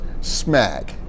Smack